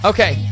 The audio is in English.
Okay